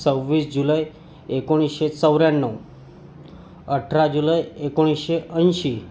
सव्वीस जुलै एकोणीसशे चौऱ्याण्णव अठरा जुलै एकोणीसशे ऐंशी